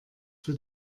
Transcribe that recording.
für